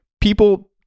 People